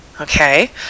Okay